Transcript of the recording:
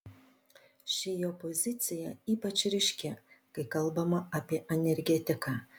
ši jo pozicija ypač ryški kai kalbama apie energetiką